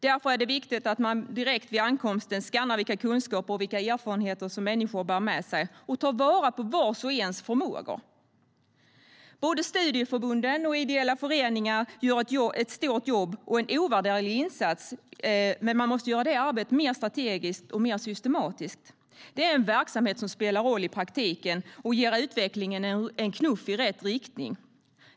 Därför är det viktigt att man direkt vid ankomsten skannar vilka kunskaper och vilka erfarenheter människor bär med sig och tar vara på vars och ens förmågor. Både studieförbund och ideella föreningar gör ett stort jobb och en ovärderlig insats, men man måste göra det arbetet mer strategiskt och mer systematiskt. Det är en verksamhet som spelar roll i praktiken och ger utvecklingen en knuff i rätt riktning.